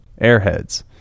airheads